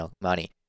money